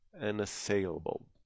unassailable